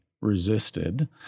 resisted